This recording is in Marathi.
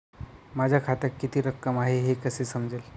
माझ्या खात्यात किती रक्कम आहे हे कसे समजेल?